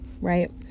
right